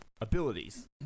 abilities